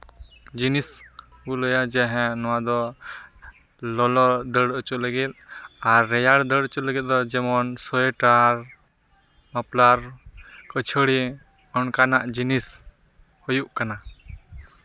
ᱡᱤᱱᱤᱥ ᱠᱚ ᱞᱟᱹᱭᱟ ᱡᱮ ᱦᱮᱸ ᱱᱚᱣᱟ ᱫᱚ ᱞᱚᱞᱚ ᱫᱟᱹᱲ ᱦᱚᱪᱚ ᱞᱟᱹᱜᱤᱫ ᱟᱨ ᱨᱮᱭᱟᱲ ᱫᱟᱹᱲ ᱦᱚᱪᱚ ᱞᱟᱹᱜᱤᱫ ᱫᱚ ᱡᱮᱢᱚᱱ ᱥᱳᱭᱮᱴᱟᱨ ᱢᱟᱯᱞᱟᱨ ᱯᱤᱪᱷᱟᱹᱲᱤ ᱚᱱᱠᱟᱱᱟᱜ ᱡᱤᱱᱤᱥ ᱦᱩᱭᱩᱜ ᱠᱟᱱᱟ